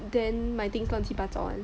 then my thing 乱七八糟